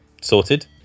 sorted